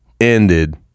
ended